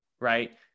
right